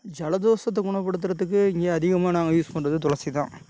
ஜலதோஷத்தை குணப்படுத்துறதுக்கு இங்கே அதிகமாக நாங்கள் யூஸ் பண்ணுறது துளசி தான்